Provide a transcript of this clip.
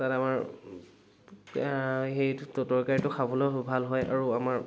তাত আমাৰ সেইটো তৰকাৰীটো খাবলৈও ভাল হয় আৰু আমাৰ